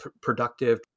productive